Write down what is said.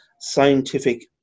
Scientific